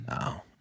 No